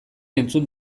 entzun